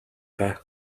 даа